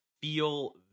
feel